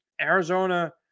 Arizona